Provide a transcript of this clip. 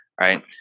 right